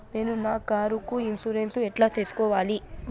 నేను నా కారుకు ఇన్సూరెన్సు ఎట్లా సేసుకోవాలి